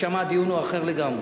שם הדיון אחר לגמרי.